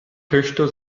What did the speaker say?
töchter